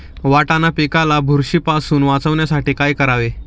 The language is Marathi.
वाटाणा पिकाला बुरशीपासून वाचवण्यासाठी काय करावे?